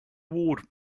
ward